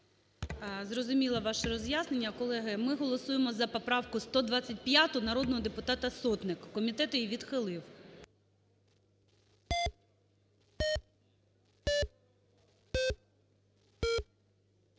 Зрозуміло ваше роз'яснення. Колеги, ми голосуємо за поправку 125, народного депутата Сотник. Комітет її відхилив.